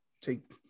take